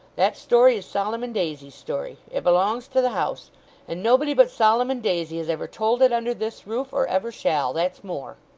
that story is solomon daisy's story. it belongs to the house and nobody but solomon daisy has ever told it under this roof, or ever shall that's more